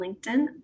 LinkedIn